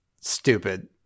stupid